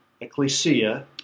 ecclesia